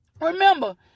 remember